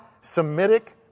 Semitic